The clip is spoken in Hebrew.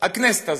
הכנסת הזאת,